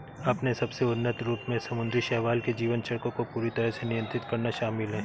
अपने सबसे उन्नत रूप में समुद्री शैवाल के जीवन चक्र को पूरी तरह से नियंत्रित करना शामिल है